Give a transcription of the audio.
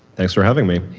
thanks for having me.